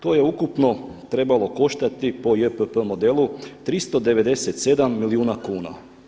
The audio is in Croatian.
To je ukupno trebalo koštati po JPP modelu 397 milijuna kuna.